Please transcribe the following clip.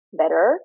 better